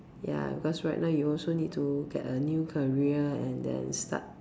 ya because right now you also need to get a new career and then start